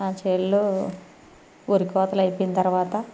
ఆ చేలలో వరి కోతలు అయిపోయిన తర్వాత